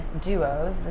duos